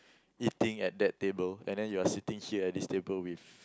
eating at that table and then you are sitting here at this table with